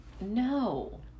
No